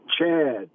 Chad